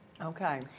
Okay